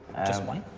just one?